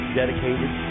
dedicated